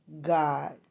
God